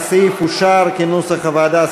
הסעיף אושר כנוסח הוועדה,